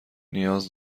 نیاز